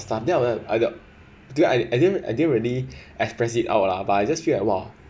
stuff then I was I was didn't I I didn't I didn't really expressed it out lah but I just feel like !wah!